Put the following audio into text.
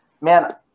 man